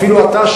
אפילו אתה,